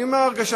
אני אומר הרגשה,